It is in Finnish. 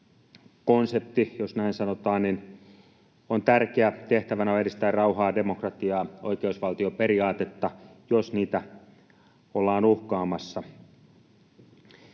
konsepti, jos näin sanotaan, on tärkeä. Tehtävänä on edistää rauhaa, demokratiaa ja oikeusvaltioperiaatetta, jos niitä ollaan uhkaamassa.